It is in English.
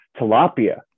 tilapia